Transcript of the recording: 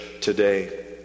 today